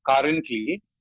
currently